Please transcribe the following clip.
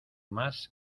más